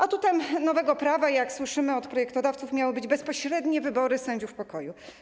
Atutami nowego prawa, jak słyszymy od projektodawców, miały być bezpośrednie wybory sędziów pokoju.